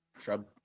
Shrub